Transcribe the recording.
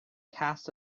cast